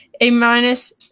A-minus